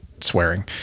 Swearing